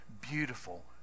beautiful